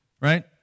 right